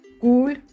cool